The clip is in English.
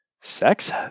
sex